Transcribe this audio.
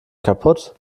kaputt